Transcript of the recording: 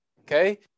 okay